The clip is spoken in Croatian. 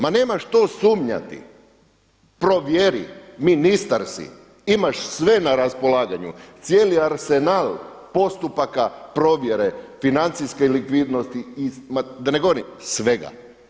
Ma nemaš što sumnjati, provjeri, ministar si imaš sve na raspolaganju, cijeli arsenal postupaka provjere financijske likvidnosti, da ne govorim svega.